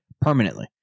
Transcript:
permanently